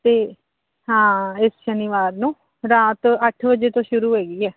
ਅਤੇ ਹਾਂ ਇਸ ਸ਼ਨੀਵਾਰ ਨੂੰ ਰਾਤ ਅੱਠ ਵਜੇ ਤੋਂ ਸ਼ੁਰੂ ਹੋਵੇਗੀ ਹੈ